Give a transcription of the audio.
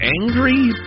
angry